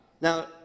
Now